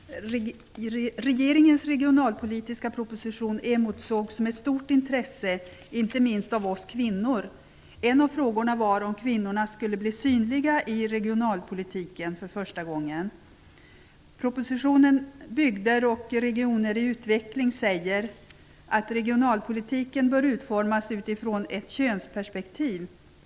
Fru talman! Regeringens regionalpolitiska proposition emotsågs med stort intresse, inte minst av oss kvinnor. En av frågorna var om kvinnorna för första gången skulle bli synliga i regionalpolitiken. I propositionen Bygder och regioner i utveckling sägs det att regionalpolitiken bör utformas utifrån ett könsperspektiv.